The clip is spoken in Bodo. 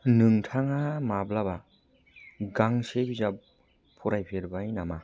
नोंथाङा माब्लाबा गांसे बिजाब फरायफेरबाय नामा